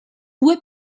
due